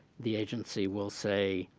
the agency will say,